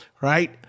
Right